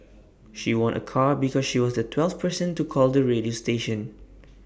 she won A car because she was the twelfth person to call the radio station